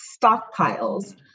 stockpiles